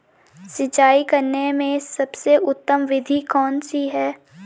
सिंचाई करने में सबसे उत्तम विधि कौन सी है?